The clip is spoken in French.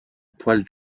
poil